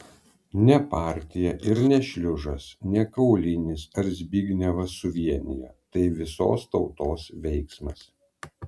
ne partija ir ne šliužas ne kaulinis ar zbignevas suvienijo tai visos tautos veiksmas